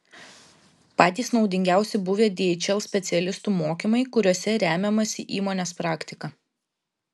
patys naudingiausi buvę dhl specialistų mokymai kuriuose remiamasi įmonės praktika